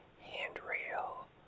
handrail